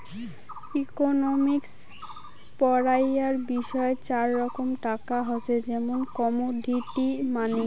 economics পড়াইয়ার বিষয় চার রকম টাকা হসে, যেমন কমোডিটি মানি